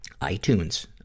iTunes